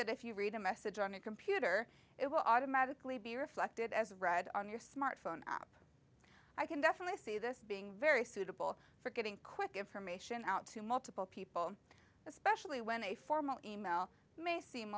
that if you read a message on a computer it will automatically be reflected as read on your smartphone i can definitely see this being very suitable for getting quick information out to multiple people especially when a formal may seem